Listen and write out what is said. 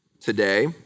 today